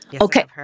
Okay